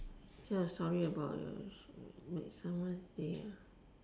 so sorry about your